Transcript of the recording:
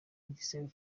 igisebo